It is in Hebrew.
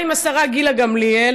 גם עם השרה גילה גמליאל,